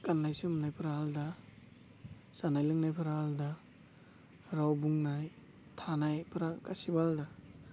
गाननाय जोमनायफ्रा आलदा जानाय लोंनायफोरा आलदा राव बुंनाय थानायफोरा गासिबो आलदा